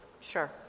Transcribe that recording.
Sure